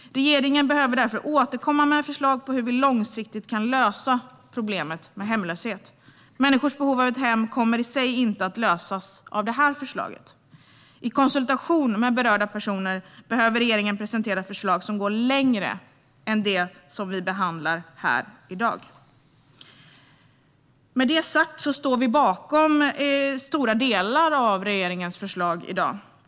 Regeringen behöver därför återkomma med förslag till hur vi långsiktigt kan lösa problemet med hemlöshet. Människors behov av ett hem kommer inte i sig att tillgodoses av det här förslaget. I konsultation med berörda personer behöver regeringen presentera förslag som går längre än det som vi behandlar här i dag. Med detta sagt står vi bakom stora delar av regeringens förslag i dag.